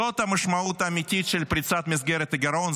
זאת המשמעות האמיתית של פריצת מסגרת הגירעון,